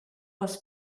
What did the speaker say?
was